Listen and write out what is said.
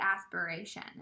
aspiration